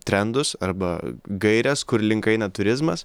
trendus arba gaires kur link eina turizmas